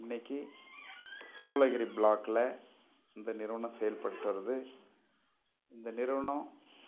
இன்னைக்கி சூலகிரி பிளாக்கில் இந்த நிறுவனம் செயல் பட்டு வருது இந்த நிறுவனம்